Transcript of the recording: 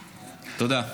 תודה.